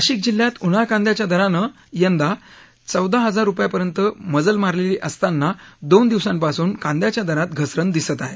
नाशिक जिल्ह्यात उन्हाळ कांद्याच्या दरानं यंदा चौदा हजार रूपयांपर्यंत मजल मारलेली असताना दोन दिवसांपासून कांद्याच्या दरात घसरण दिसत आहे